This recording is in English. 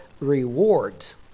rewards